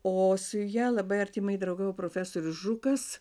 o su ja labai artimai draugavo profesorius žukas